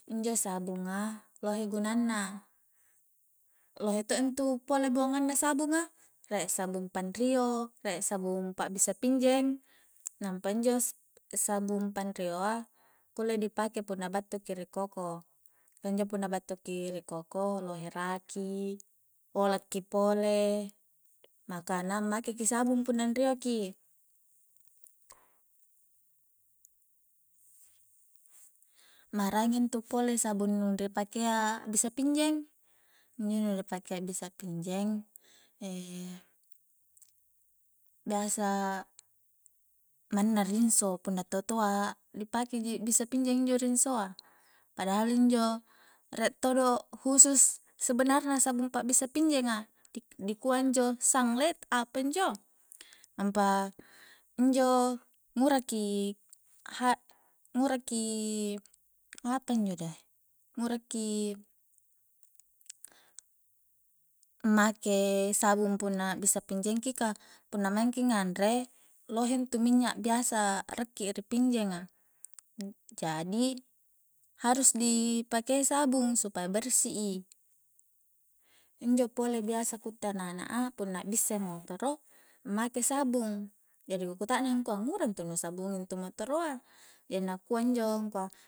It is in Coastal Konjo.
Injo sabung a lohe gunanna lohe to intu pole buangang na sabunga rie sabung panrio rie sabung pa'bissa pinjeng nampa injo sa-sabung panrio a kulle di pake punna battu ki ri koko ka injo punna battu ki ri koko lohe rakii ola' ki pole makana make ki sabung punna anrio ki maraeng intu pole sabung nu ri pakea a'bissa pinjeng injo nu ri pakea a'bissa pinjeng biasa manna rinso punna to toa ri pake ji a'bissa pinjeng injo rinsoa padahal injo rie todo husus sebenarna sabung pa'bissa pinjenga di-dikua injo sanglet apanjo nampa injo nguraki ha nguraki apanjo doe nguraki make sabung punna bissa pinjeng ki ka punna maingki nganre lohe intu minnya biasa a'rakki ri pinjenga jadi harus dipakei sabung supaya bersi i injo pole biasa ku itte anana'a punna bissa i motoro ammake i sabung jari ku kutaknang i angkua ngura intu nu sabungi intu motoroa jari nakua injo angkua